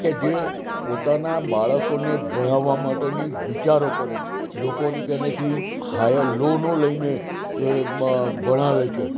કે જે પોતાનાં બાળકોને ભણાવવાં માટેની વિચારો કરે લોકોની કનેથી હાયર લોનો લઈ ને ભણાવે છે